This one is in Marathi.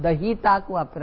दही ताक वापरा